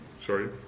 Sorry